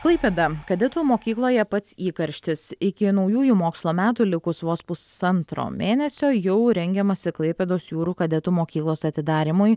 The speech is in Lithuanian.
klaipėda kadetų mokykloje pats įkarštis iki naujųjų mokslo metų likus vos pusantro mėnesio jau rengiamasi klaipėdos jūrų kadetų mokyklos atidarymui